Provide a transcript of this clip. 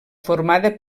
formada